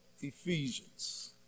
Ephesians